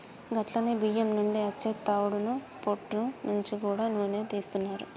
గట్లనే బియ్యం నుండి అచ్చే తవుడు పొట్టు నుంచి గూడా నూనెను తీస్తున్నారు